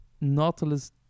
Nautilus